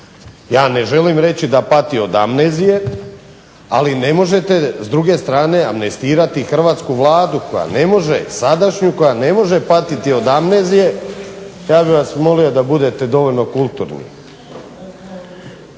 Ja ne želim reći da pati od amnezije, ali ne možete s druge strane amnestirati Hrvatsku vladu sadašnju koja ne može patiti od amnezije, … /Upadica se ne razumije./… Ja bih vas molio da budete dovoljno kulturni,